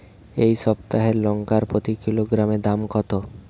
এই সপ্তাহের লঙ্কার প্রতি কিলোগ্রামে দাম কত?